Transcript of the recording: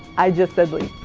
i just said leap.